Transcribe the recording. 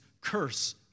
curse